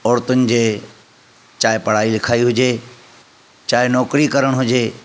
औरतुनि जी चाहे पढ़ाई लिखाई हुजे चाहे नौकरी करणु हुजे